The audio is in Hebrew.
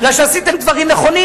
בגלל שעשיתם דברים נכונים,